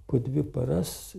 po dvi paras